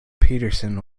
peterson